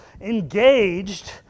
engaged